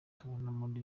tubona